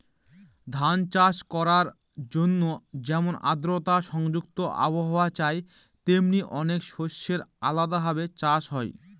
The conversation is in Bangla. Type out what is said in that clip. ধান চাষ করার জন্যে যেমন আদ্রতা সংযুক্ত আবহাওয়া চাই, তেমনি অনেক শস্যের আলাদা ভাবে চাষ হয়